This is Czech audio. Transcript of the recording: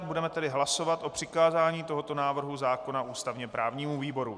Budeme tedy hlasovat o přikázání tohoto návrhu zákona ústavněprávnímu výboru.